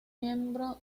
miembro